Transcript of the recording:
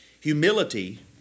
Humility